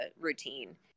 routine